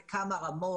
בכמה רמות,